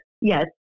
Yes